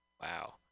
Wow